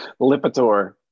Lipitor